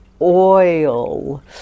oil